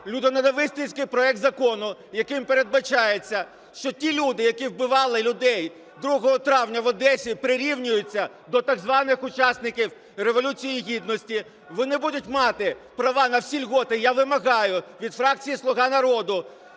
людиноненависницький проект закону, яким передбачається, що ті люди, які вбивали людей 2 травня в Одесі, прирівнюються до так званих учасників Революції Гідності, вони будуть мати права на всі льготы. Я вимагаю від фракції "Слуга народу"